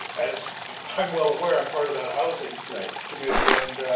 as i'm well aware i'm part of that housing committee and